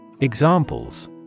Examples